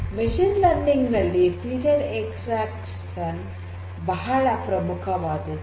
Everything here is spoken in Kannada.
ಮಷೀನ್ ಲರ್ನಿಂಗ್ ನಲ್ಲಿ ಫೀಚರ್ ಎಕ್ಸ್ಟ್ರಾಕ್ಷನ್ ಬಹಳ ಪ್ರಮುಖವಾದದ್ದು